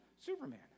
Superman